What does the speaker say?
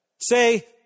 Say